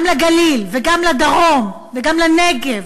גם לגליל וגם לדרום וגם לנגב